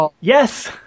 Yes